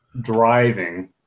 driving